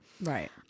Right